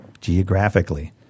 geographically